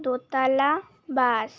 দোতলা বাস